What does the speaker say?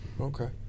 Okay